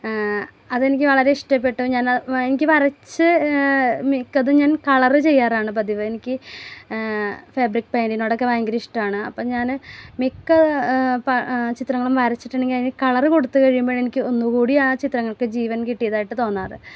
അത് എനിക്ക് വളരെ ഇഷ്ടപ്പെട്ടു ഞാൻ എനിക്ക് വരച്ച് മിക്കതും ഞാൻ കളറ് ചെയ്യാറാണ് പതിവ് എനിക്ക് ഫാബ്രിക് പെയിൻറ്റിനോടൊക്കെ ഭയങ്കര ഇഷ്ട്ടമാണ് അപ്പം ഞാൻ മിക്ക ചിത്രങ്ങളും വരച്ചിട്ടുണ്ടെങ്കിൽ അതിന് കളറ് കൊടുത്തു കഴിയുമ്പം എനിക്ക് ഒന്നു കൂടി ആ ചിത്രങ്ങൾക്ക് ജീവൻ കിട്ടിയതായിട്ട് തോന്നാറ്